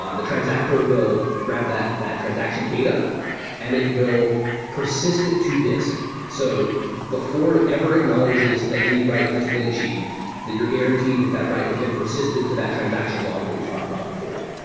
ah the transactor will grab that that transaction data and it will persist it to disk. so before it ever acknowledges that any write has been achieved that you're guaranteed that that write has been persisted to that transaction log that we talked about before.